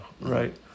right